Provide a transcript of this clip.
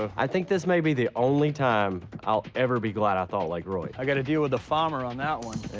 um i think this may be the only time i'll ever be glad i thought like roy. i got to deal with the farmer on that one.